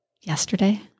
yesterday